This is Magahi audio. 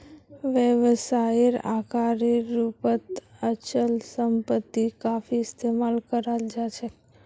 व्यवसायेर आकारेर रूपत अचल सम्पत्ति काफी इस्तमाल कराल जा छेक